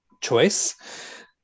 choice